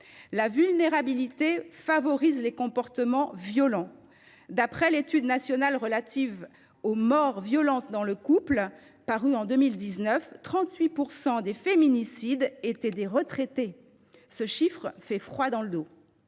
La vulnérabilité favorise les comportements violents. D’après l’étude nationale relative aux morts violentes au sein du couple, 38 % des femmes victimes de féminicides en 2019 étaient des retraitées. Ce chiffre fait froid dans le dos…